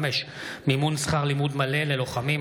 25) (מימון שכר לימוד מלא ללוחמים),